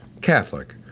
Catholic